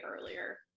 earlier